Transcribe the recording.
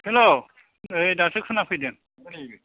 हेल' नै दासो खोना फैदों